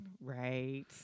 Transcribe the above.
Right